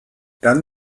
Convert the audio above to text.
dann